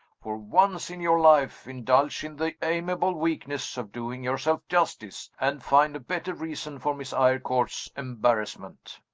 for once in your life, indulge in the amiable weakness of doing yourself justice and find a better reason for miss eyrecourt's embarrassment.